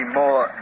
more